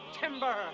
timber